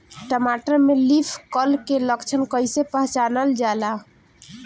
टमाटर में leaf curl के लक्षण कइसे पहचानल जाला?